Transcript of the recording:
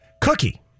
cookie